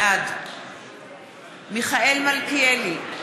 בעד מיכאל מלכיאלי,